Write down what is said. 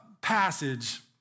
passage